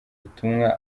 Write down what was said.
butumwa